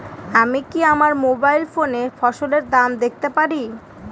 আমি কি আমার মোবাইল ফোনে ফসলের দাম দেখতে পারি?